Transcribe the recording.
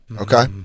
Okay